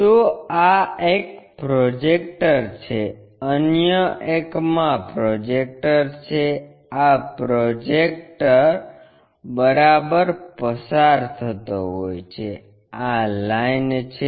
તો આ એક પ્રોજેક્ટર છે અન્ય એક આ પ્રોજેક્ટર છે આ પ્રોજેક્ટ બરાબર પસાર થતો હોય છે આ લાઇન છે